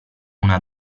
una